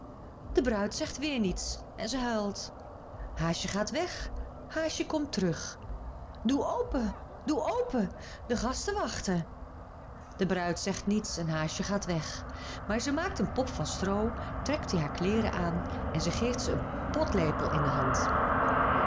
de bruid zegt weêr niets en ze huilt haasje gaat weg haasje komt terug doe open doe open de gasten wachten de bruid zegt niets en haasje gaat weg maar ze maakt een pop van stroo trekt die haar kleêren aan en ze geeft ze een potlepel in de hand